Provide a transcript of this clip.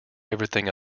everything